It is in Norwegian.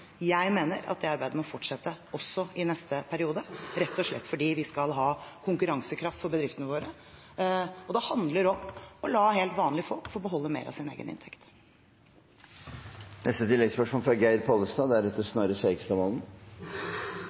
Jeg mener at det arbeidet må fortsette også i neste periode, rett og slett fordi vi skal ha konkurransekraft for bedriftene våre. Det handler om å la helt vanlige folk få beholde mer av sin egen inntekt.